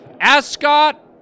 Ascot